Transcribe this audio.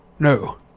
No